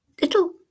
little